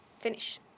Finish